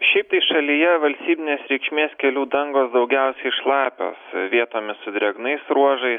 šiaip tai šalyje valstybinės reikšmės kelių dangos daugiausiai šlapios vietomis su drėgnais ruožais